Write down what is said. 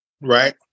Right